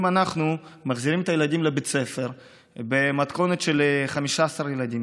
אם אנחנו מחזירים את הילדים לבית הספר במתכונת של 15 ילדים,